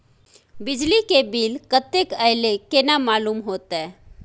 बिजली के बिल कतेक अयले केना मालूम होते?